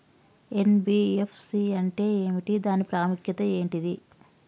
NBFC అంటే ఏమిటి దాని ప్రాముఖ్యత ఏంటిది?